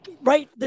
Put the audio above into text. right